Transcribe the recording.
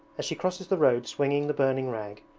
as she crosses the road swinging the burning rag,